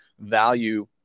value